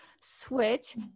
switch